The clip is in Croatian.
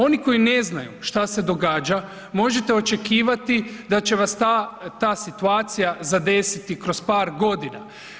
Oni koji ne znaju šta se događa možete očekivati da će vas ta situacija zadesiti kroz par godina.